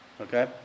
okay